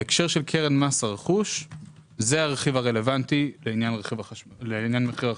בהקשר של קרן מס הרכוש זה הרכיב הרלוונטי לעניין מחיר החשמל.